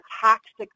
toxic